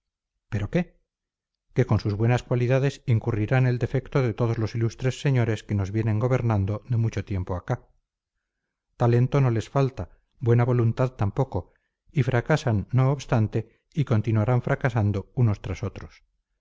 pero qué que con sus buenas cualidades incurrirá en el defecto de todos los ilustres señores que nos vienen gobernando de mucho tiempo acá talento no les falta buena voluntad tampoco y fracasan no obstante y continuarán fracasando unos tras otros